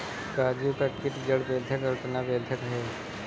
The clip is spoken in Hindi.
काजू का कीट जड़ बेधक और तना बेधक है